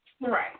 Right